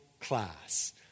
class